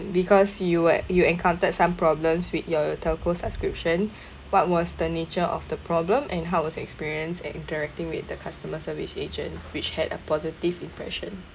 because you were you encountered some problems with your your telco subscription what was the nature of the problem and how was the experience and interacting with the customer service agent which had a positive impression